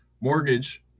Mortgage